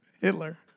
Hitler